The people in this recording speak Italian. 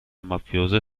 mafiose